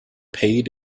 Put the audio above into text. paid